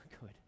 good